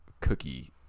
cookie